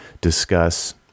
discuss